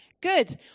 Good